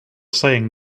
saying